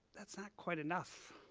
that's not quite enough.